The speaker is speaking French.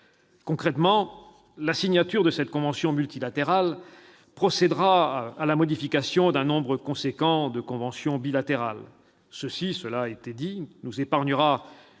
Concrètement, la signature de cette convention multilatérale procédera à la modification d'un nombre important de conventions bilatérales. Cela nous épargnera